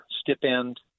stipend